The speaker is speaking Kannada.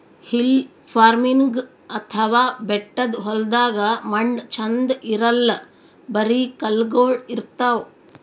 ಹಿಲ್ ಫಾರ್ಮಿನ್ಗ್ ಅಥವಾ ಬೆಟ್ಟದ್ ಹೊಲ್ದಾಗ ಮಣ್ಣ್ ಛಂದ್ ಇರಲ್ಲ್ ಬರಿ ಕಲ್ಲಗೋಳ್ ಇರ್ತವ್